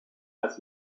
als